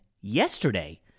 yesterday